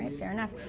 and fair enough.